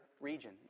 region